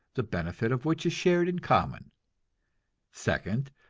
the benefit of which is shared in common second,